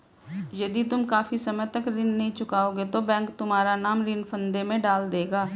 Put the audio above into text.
यदि तुम काफी समय तक ऋण नहीं चुकाओगे तो बैंक तुम्हारा नाम ऋण फंदे में डाल देगा